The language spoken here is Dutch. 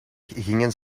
gingen